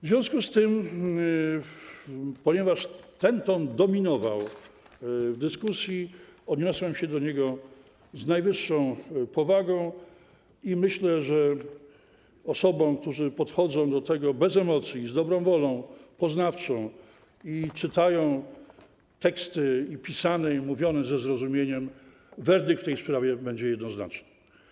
W związku z tym, ponieważ ten ton dominował w dyskusji, odniosłem się do niego z najwyższą powagą i myślę, że dla osób, które podchodzą do tego bez emocji, z dobrą wolą poznawczą i czytają teksty i pisane, i mówione ze zrozumieniem, werdykt w tej sprawie będzie jednoznaczny.